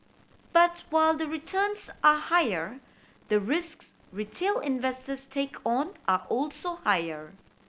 but while the returns are higher the risks retail investors take on are also higher